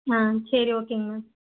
ஆ சரி ஓகேங்க மேம்